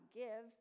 give